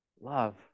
love